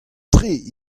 tre